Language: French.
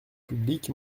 public